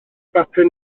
bapur